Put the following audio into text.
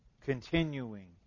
continuing